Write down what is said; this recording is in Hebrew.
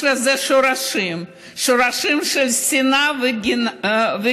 יש לזה שורשים, שורשים של שנאה וגזענות.